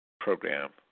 program